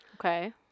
Okay